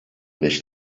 beş